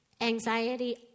Anxiety